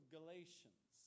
Galatians